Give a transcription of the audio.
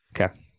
Okay